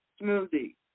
smoothie